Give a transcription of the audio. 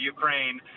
Ukraine